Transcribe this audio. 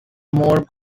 more